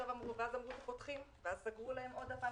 ואז אמרו שחותכים, ואז סגרו להם עוד פעם.